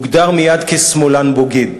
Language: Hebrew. מוגדר מייד כשמאלן בוגד.